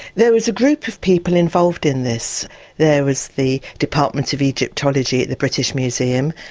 there was a group of people involved in this there was the department of egyptology at the british museum,